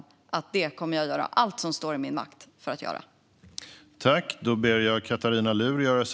Jag kommer att göra allt som står i min makt för att göra det.